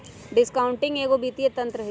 discounting एगो वित्तीय तंत्र हइ